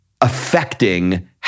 affecting